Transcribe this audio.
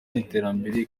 n’iterambere